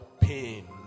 pain